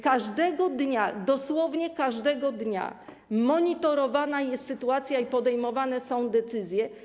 Każdego dnia - dosłownie każdego dnia - monitorowana jest sytuacja i podejmowane są decyzje.